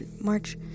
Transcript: March